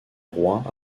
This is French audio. roi